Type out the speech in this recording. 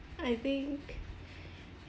I think